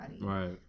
Right